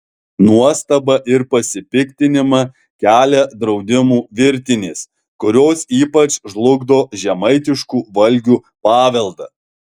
nuostabą ir pasipiktinimą kelia draudimų virtinės kurios ypač žlugdo žemaitiškų valgių paveldą